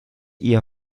ihr